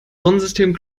sonnensystem